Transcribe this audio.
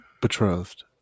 betrothed